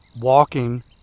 walking